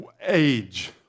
age